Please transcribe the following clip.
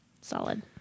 Solid